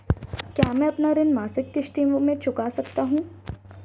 क्या मैं अपना ऋण मासिक किश्तों में चुका सकता हूँ?